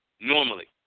normally